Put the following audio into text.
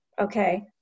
Okay